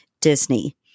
Disney